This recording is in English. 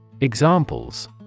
Examples